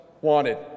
wanted